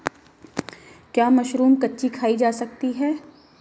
क्या मशरूम कच्ची खाई जा सकती है?